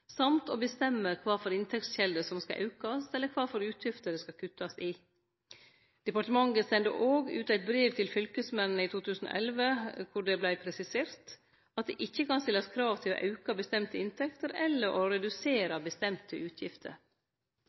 å bestemme kva for inntektskjelder som skal aukast, eller kva for utgifter det skal kuttast i. Departementet sende òg ut eit brev til fylkesmennene i 2011 der det vart presisert at det ikkje kan stillast krav til å auke bestemte inntekter eller redusere bestemte utgifter.